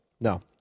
No